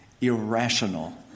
irrational